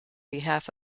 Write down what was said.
behalf